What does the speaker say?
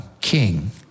king